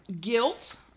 Guilt